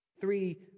three